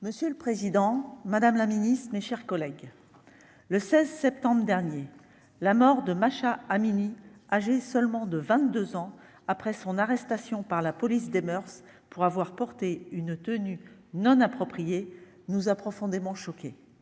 Monsieur le Président, Madame la Ministre, mes chers collègues, le 16 septembre dernier la mort de Masha Amini, âgé seulement de 22 ans après son arrestation par la police des moeurs pour avoir porté une tenue non appropriée, nous a profondément choqué